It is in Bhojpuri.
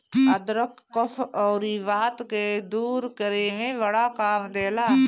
अदरक कफ़ अउरी वात के दूर करे में बड़ा काम देला